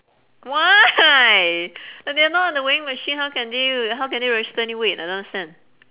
why but they're not on the weighing machine how can do w~ how can they register any weight I don't understand